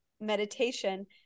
meditation